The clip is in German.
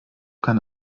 kann